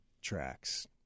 tracks